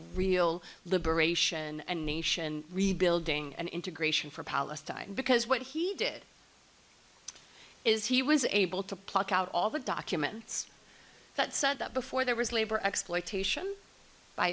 real liberation and nation rebuilding and integration for palestine because what he did is he was able to pluck out all the documents that said that before there was labor exploitation by